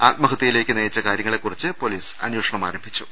ആത്മഹത്യയിലേക്ക് നയിച്ച കാര്യ ങ്ങളെക്കുറിച്ച് പൊലീസ് അന്വേഷണം ആരംഭിച്ചു